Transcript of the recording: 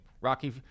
Rocky